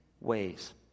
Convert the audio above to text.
ways